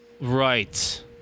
Right